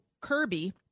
Kirby